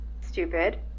stupid